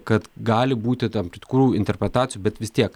kad gali būti tam tikrų interpretacijų bet vis tiek